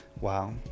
wow